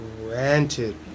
granted